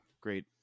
great